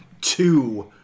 two